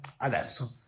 adesso